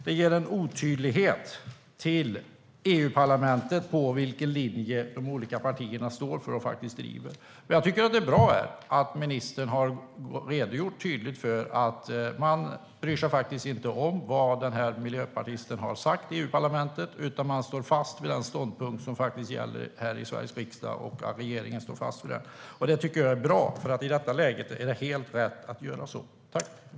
Det ger en otydlighet gentemot EU-parlamentet om vilken linje de olika partierna står för och driver. Jag tycker att det är bra att ministern tydligt har redogjort för att regeringen inte bryr sig om vad den här miljöpartisten har sagt i EU-parlamentet utan står fast vid den ståndpunkt som gäller här i Sveriges riksdag. Det tycker jag är bra, för i det här läget är det helt rätt att göra så. Tack, ministern!